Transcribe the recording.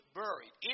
buried